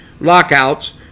lockouts